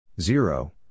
Zero